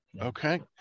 Okay